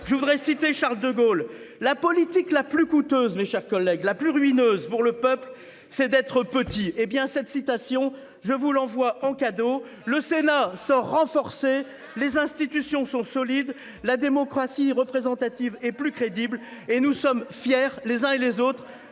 je voudrais citer Charles de Gaulle, la politique la plus coûteuse, mes chers collègues, la plus ruineuse pour le peuple, c'est d'être petit, hé bien cette citation, je vous l'envoie en cadeau, le Sénat se renforcer les institutions sont solides. La démocratie représentative est plus crédible et nous sommes fiers les uns et les autres